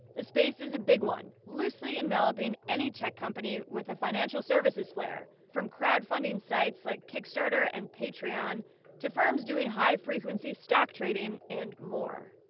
the space is a big one, loosely enveloping any tech company with a financial services flair. from crowdfunding sites like kickstarter and patreon to firms doing high frequency stock trading and more.